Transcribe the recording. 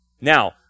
Now